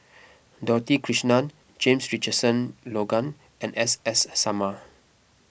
Dorothy Krishnan James Richardson Logan and S S Sarma